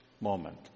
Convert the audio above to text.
moment